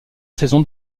saison